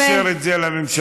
התקנון מאפשר את זה לממשלה,